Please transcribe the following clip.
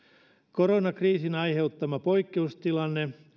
koronakriisin aiheuttama poikkeustilanne